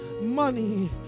money